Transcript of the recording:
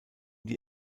die